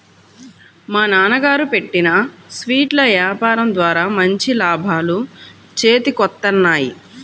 మా నాన్నగారు పెట్టిన స్వీట్ల యాపారం ద్వారా మంచి లాభాలు చేతికొత్తన్నాయి